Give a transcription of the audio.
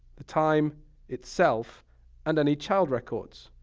the time itself and any child records.